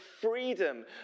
freedom